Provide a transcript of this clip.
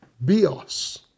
bios